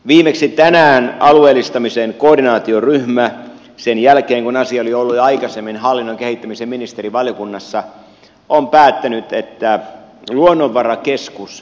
viimeksi tänään alueellistamisen koordinaatioryhmä sen jälkeen kun asia oli ollut jo aikaisemmin hallinnon kehittämisen ministerivaliokunnassa on päättänyt että luonnonvarakeskus sijoitetaan helsinkiin